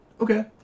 okay